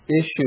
issue